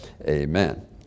Amen